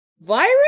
virus